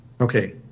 Okay